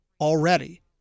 already